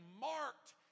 marked